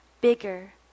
bigger